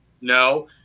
No